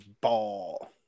ball